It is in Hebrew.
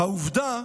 העובדה